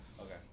Okay